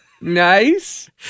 nice